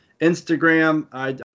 Instagram